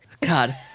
God